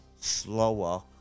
slower